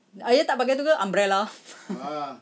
ayah tak pakai itu ke umbrella